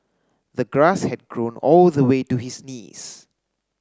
the grass had grown all the way to his knees